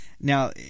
Now